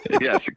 Yes